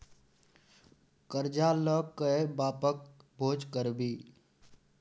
करजा ल कए बापक भोज करभी?